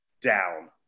down